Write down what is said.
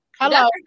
Hello